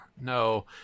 no